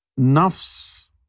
nafs